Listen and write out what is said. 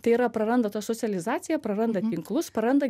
tai yra praranda tą socializaciją praranda tinklus praranda